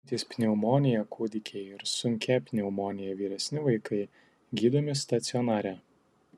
sergantys pneumonija kūdikiai ir sunkia pneumonija vyresni vaikai gydomi stacionare